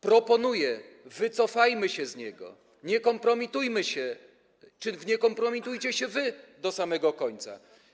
Proponuję: wycofajmy się z niego, nie kompromitujmy się czy nie kompromitujcie się wy do samego końca.